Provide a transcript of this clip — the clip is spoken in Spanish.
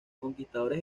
conquistadores